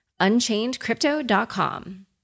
unchainedcrypto.com